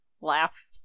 laugh